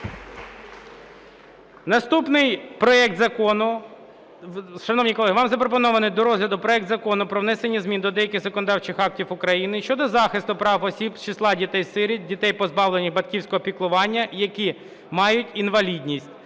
Наступний проект закону… Шановні колеги, вам запропонований до розгляду проект Закону про внесення змін до деяких законодавчих актів України щодо захисту прав осіб з числа дітей-сиріт, дітей, позбавлених батьківського піклування, які мають інвалідність